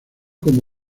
como